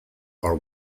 are